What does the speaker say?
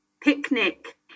Picnic